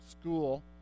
school